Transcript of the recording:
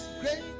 great